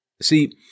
See